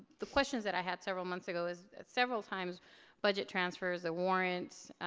the questions that i had several months ago is several times budget transfers or warrants,